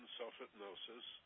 self-hypnosis